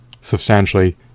substantially